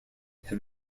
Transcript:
have